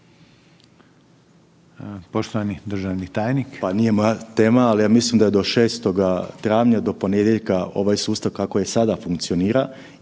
Josip (HDSSB)** Pa nije moja tema, ali ja mislim da do 6. travnja, do ponedjeljka ovaj sustav kako je sada funkcionira